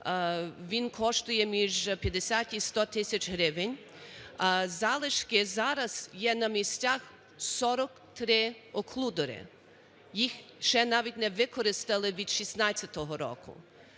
він коштує між 50 і 100 тисяч гривень. Залишки зараз є на місцях, 43 оклюдери, їх ще навіть не використали від 2016 року.